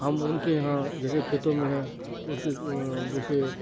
ہم ان کے یہاں جیسے کھیتوں میں ہیں جیسے